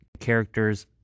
characters